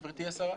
גברתי השרה,